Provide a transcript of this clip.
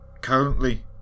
Currently